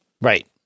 Right